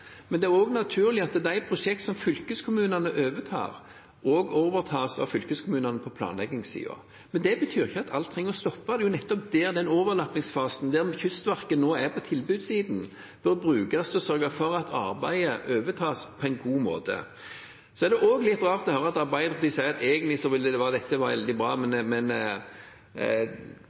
Men det er naturlig at de prosjekt som fylkeskommunene overtar, også overtas av fylkeskommunene på planleggingssiden. Det betyr ikke at alt trenger å stoppe. Overlappingsfasen, der Kystverket nå er på tilbudssiden, bør nettopp brukes til å sørge for at arbeidet overtas på en god måte. Så er det også litt rart å høre Arbeiderpartiet si at egentlig ville dette være veldig bra. De skulle egentlig ikke prøve å stoppe reformen, men